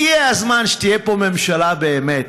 הגיע הזמן שתהיה פה ממשלה באמת,